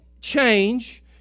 change